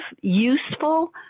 useful